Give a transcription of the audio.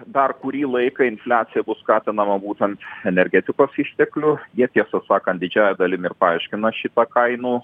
dar kurį laiką infliacija bus skatinama būtent energetikos išteklių jie tiesą sakant didžiąja dalim ir paaiškina šitą kainų